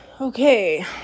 Okay